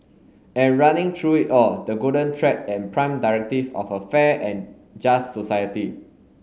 and running through it all the golden thread and prime directive of a fair and just society